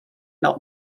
not